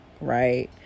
right